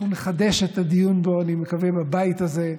אנחנו נחדש את הדיון בו, אני מקווה, בבית הזה,